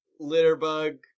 Litterbug